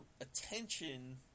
attention